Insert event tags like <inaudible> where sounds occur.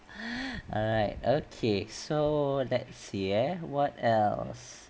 <noise> alright okay so let's see eh what else